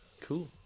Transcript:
Cool